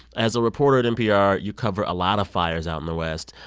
as a reporter at npr, you cover a lot of fires out in the west.